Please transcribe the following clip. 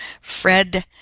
Fred